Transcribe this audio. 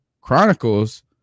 chronicles